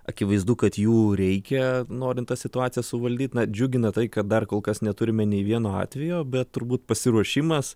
akivaizdu kad jų reikia norint tą situaciją suvaldyt na džiugina tai kad dar kol kas neturime nei vieno atvejo bet turbūt pasiruošimas